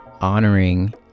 honoring